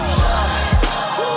joyful